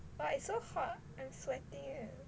!wah! it's so hot I'm sweaty leh